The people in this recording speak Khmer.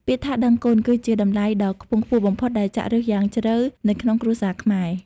ពាក្យថា "ដឹងគុណ" គឺជាតម្លៃដ៏ខ្ពង់ខ្ពស់បំផុតដែលចាក់ឫសយ៉ាងជ្រៅនៅក្នុងគ្រួសារខ្មែរ។